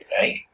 right